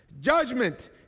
judgment